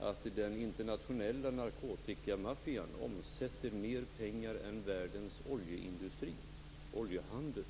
att den internationella narkotikamaffian omsätter mer pengar än världens oljehandel.